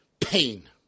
pain